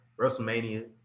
WrestleMania